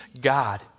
God